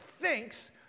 thinks